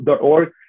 .org